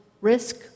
risk